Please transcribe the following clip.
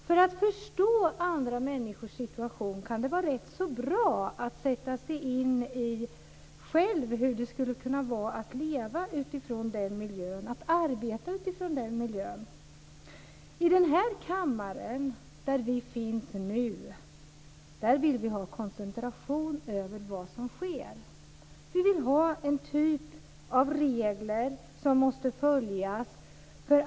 För att förstå andra människors situation kan det vara bra att sätta sig in själv i hur det skulle kunna vara att leva och arbeta i den miljön. I den här kammaren, där vi befinner oss nu, vill vi ha koncentration när det gäller det som sker. Vi vill ha en typ av regler som måste följas.